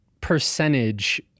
percentage